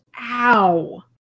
ow